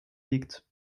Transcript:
liegt